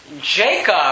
Jacob